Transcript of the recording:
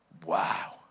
wow